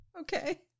Okay